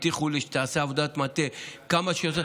הבטיחו לי שתיעשה עבודת מטה כמה שיותר,